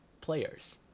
players